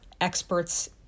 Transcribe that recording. experts